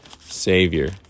savior